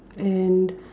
and